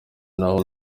naho